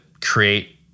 create